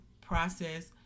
process